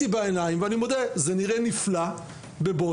בעיניים ואני מודה: זה נראה נפלא ב"בויאר",